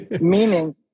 meaning